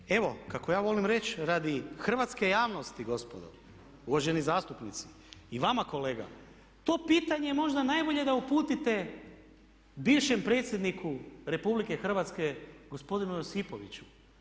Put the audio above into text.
Ali evo kako ja volim reći radi hrvatske javnosti gospodo, uvaženi zastupnici i vama kolega to pitanje možda najbolje da uputite bivšem predsjedniku RH gospodinu Josipoviću.